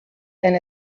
and